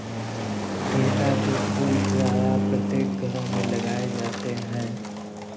गेंदा के फूल प्रायः प्रत्येक घरों में लगाए जाते हैं